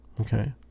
okay